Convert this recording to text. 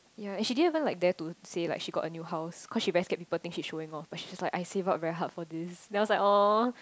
ya and she didn't even like dare to say like she got a new house cause she very scared people think she showing off but she's like I save up very hard for this then I was like aw